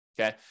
okay